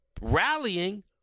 rallying